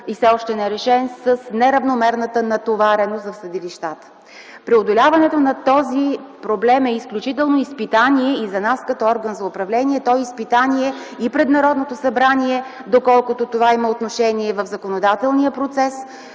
и все още нерешен, с неравномерната натовареност в съдилищата. Преодоляването на този проблем е изключително изпитание и за нас като орган за управление. Той е изпитание и пред Народното събрание, доколкото това има отношение и в законодателния процес.